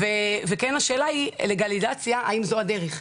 והשאלה היא האם לגליציה זו הדרך.